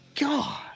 God